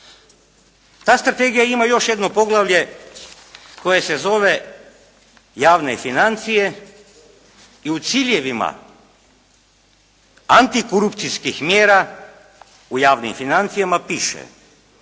Ta strategija ima još jedno poglavlje koje se zove: Javne financije. I u ciljevima antikorupcijskih mjera u Javnim financijama piše: